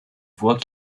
voix